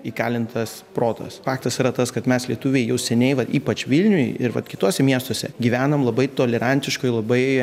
įkalintas protas faktas yra tas kad mes lietuviai jau seniai va ypač vilniuj ir vat kituose miestuose gyvenam labai tolerantiškoj labai